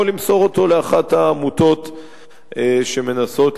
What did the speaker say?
או למסור אותו לאחת העמותות שמנסות לטפל,